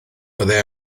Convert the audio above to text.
byddai